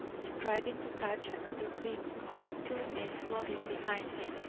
striving to catch another glimpse of the two men plodding behind him.